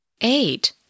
Eight